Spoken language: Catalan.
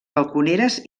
balconeres